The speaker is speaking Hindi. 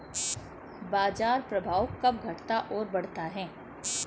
बाजार प्रभाव कब घटता और बढ़ता है?